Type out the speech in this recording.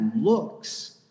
looks